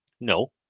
No